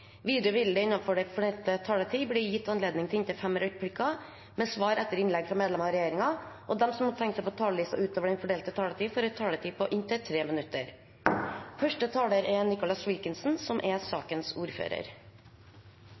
Videre vil det – innenfor den fordelte taletid – bli gitt anledning til inntil fem replikker med svar etter innlegg fra medlemmer av regjeringen, og de som måtte tegne seg på talerlisten utover den fordelte taletid, får en taletid på inntil 3 minutter. Da representanten Kirkebirkeland ikke lenger er